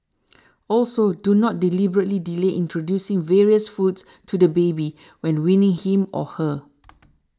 also do not deliberately delay introducing various foods to the baby when weaning him or her